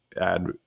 add